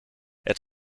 het